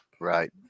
Right